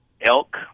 elk